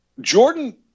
Jordan